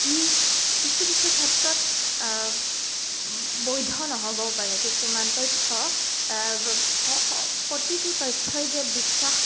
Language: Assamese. ই কিছু কিছু ক্ষেত্ৰত বৈধ নহ'বও পাৰে কিছুমান তথ্য প্ৰতিটো তথ্যই যে বিশ্বাস